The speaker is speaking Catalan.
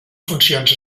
funcions